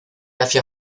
hacia